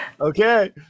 Okay